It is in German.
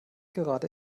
gerade